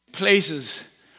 places